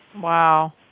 Wow